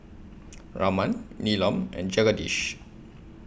Raman Neelam and Jagadish